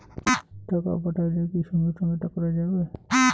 টাকা পাঠাইলে কি সঙ্গে সঙ্গে টাকাটা যাবে?